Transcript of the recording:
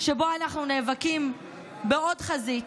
שבו אנחנו נאבקים בעוד חזית,